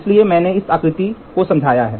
इसलिए मैंने इस आकृति को समझाया है